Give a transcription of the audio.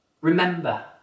remember